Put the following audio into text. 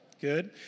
Good